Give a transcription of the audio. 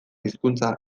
hizkuntza